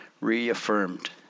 reaffirmed